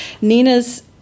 Nina's